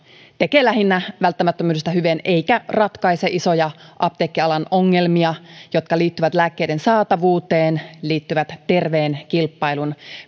tekee lähinnä välttämättömyydestä hyveen eikä ratkaise isoja apteekkialan ongelmia jotka liittyvät lääkkeiden saatavuuteen liittyvät terveen kilpailun